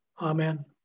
Amen